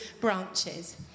branches